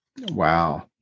wow